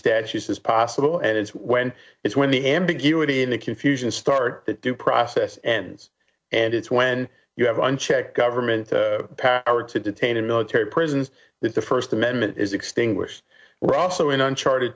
statute as possible and it's when it's when the ambiguity and the confusion start that due process and and it's when you have unchecked government power to detain in military prisons that the first amendment is extinguished we're also in uncharte